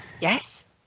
Yes